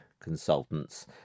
consultants